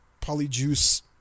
Polyjuice